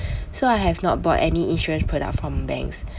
so I have not bought any insurance product from banks